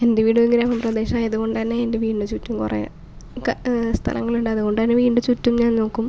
എൻ്റെ വീട് ഒരു ഗ്രാമ പ്രദേശമായത് കൊണ്ട് തന്നെ എൻ്റെ വീടിന് ചുറ്റും കുറെ ക എ സ്ഥലങ്ങളുണ്ട് അത് കൊണ്ട് തന്നെ വീടിന് ചുറ്റും ഞാൻ നോക്കും